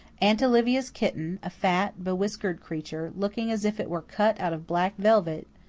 aunt olivia's kitten, a fat, bewhiskered creature, looking as if it were cut out of black velvet,